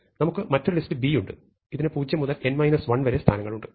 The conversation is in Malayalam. നമുക്ക് മറ്റൊരു ലിസ്റ്റ് B ഉണ്ട് ഇതിന് 0 മുതൽ n 1 വരെ സ്ഥാനങ്ങളുണ്ട്